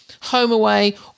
HomeAway